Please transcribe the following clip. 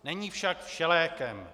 Není však všelékem.